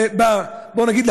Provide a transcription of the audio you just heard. בואו נגיד,